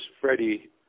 Freddie